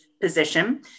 position